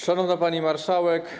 Szanowna Pani Marszałek!